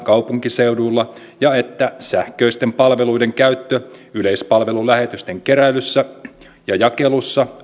kaupunkiseuduilla sekä sähköisten palveluiden käyttö yleispalvelulähetysten keräilyssä ja jakelussa